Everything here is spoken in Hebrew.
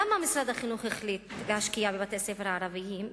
למה החליט משרד החינוך להשקיע בבתי-הספר הערביים?